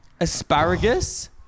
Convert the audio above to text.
asparagus